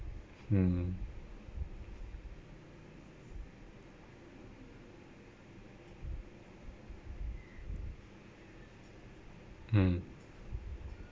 mmhmm mm